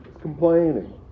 complaining